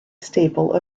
staple